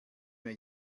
mir